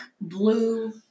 blue